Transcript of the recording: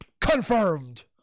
confirmed